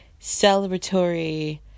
celebratory